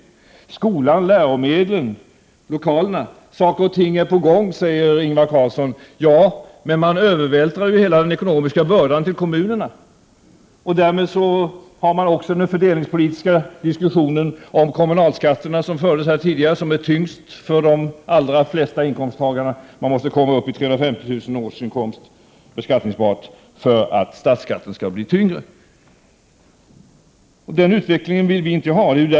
Då det gäller skolan, läromedlen och lokalerna är saker och ting på gång, säger Ingvar Carlsson. Ja, men man övervältrar hela den ekonomiska bördan på kommunerna. Därmed får man också den fördelningspolitiska diskussionen om kommunalskatterna som fördes här tidigare. Kommunalskatten är tyngst för de allra flesta inkomsttagare. Man måste komma upp i 350 000 kr. i beskattningsbar årsinkomst för att statsskatten skall bli tyngre. Den här utvecklingen vill vi inte ha.